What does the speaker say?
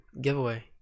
giveaway